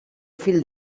fill